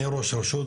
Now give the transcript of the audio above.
אני ראש ראשות,